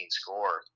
score